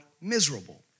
Miserable